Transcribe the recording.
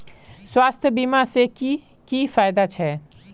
स्वास्थ्य बीमा से की की फायदा छे?